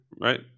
Right